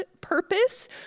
purpose